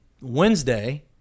Wednesday